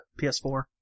PS4